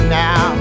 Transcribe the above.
now